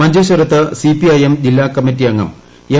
മിഞ്ച്ചേശ്രത്ത് സിപിഐ എം ജില്ലാ കമ്മിറ്റിയംഗം എം